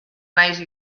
naiz